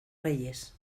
reyes